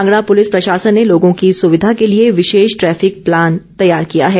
Kangra police प्रशासन ने लोगों की सुविधा के लिए विशेष ट्रैफिक प्लान तैयार किया है